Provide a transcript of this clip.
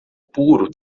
puro